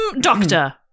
doctor